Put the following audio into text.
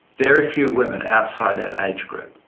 very few women outside that age group.